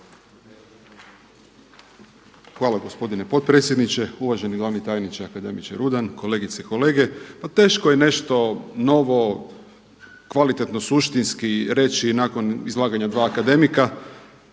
Hvala gospodine potpredsjedniče, uvaženi glavni tajniče akademiče Rudan, kolegice i kolege. Pa teško je nešto novo, kvalitetno, suštinski reći nakon izlaganja dva akademika.